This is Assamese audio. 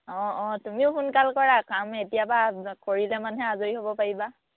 অঁ অঁ তুমিও সোনকাল কৰা কাম এতিয়াৰপৰা কৰিলে মানেহে আজৰি হ'ব পাৰিবা